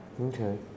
Okay